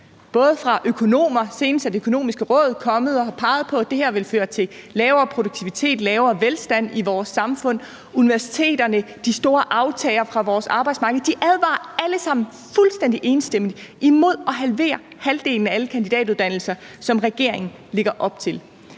også fra økonomer. Senest er Det Økonomiske Råd kommet og har peget på, at det her vil føre til lavere produktivitet og lavere velstand i vores samfund, og universiteterne og de store aftagere fra vores arbejdsmarked advarer alle sammen fuldstændig enstemmigt imod at halvere halvdelen af alle kandidatuddannelser, som regeringen lægger op til.